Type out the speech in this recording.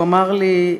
הוא אמר לי: